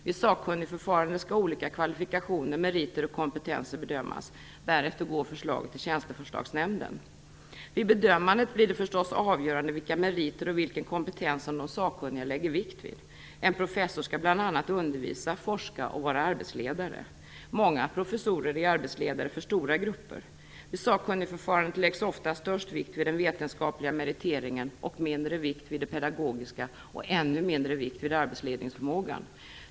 Vid sakkunnigförfarandet skall olika kvalifikationer, meriter och kompetenser bedömas. Därefter går förslaget till Tjänsteförslagsnämnden. Vid bedömandet blir det förstås avgörande vilka meriter och vilken kompetens som de sakkunniga lägger vikt vid. En professor skall bl.a. undervisa, forska och vara arbetsledare. Många professorer är arbetsledare för stora grupper. Vid sakkunnigförfarandet läggs oftast störst vikt vid den vetenskapliga meriteringen, mindre vikt vid det pedagogiska och ännu mindre vikt vid arbetsledningsförmågan.